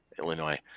Illinois